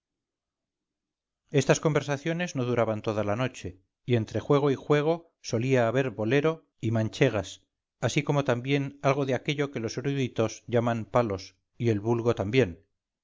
estas conversaciones no duraban toda la noche y entre juego y juego solía haber bolero y manchegas así como también algo de aquello que los eruditos llaman palos y el vulgo también